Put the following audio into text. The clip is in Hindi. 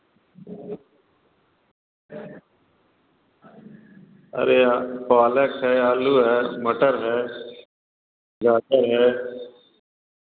अरे आ पालक है आलू है मटर है गाजर है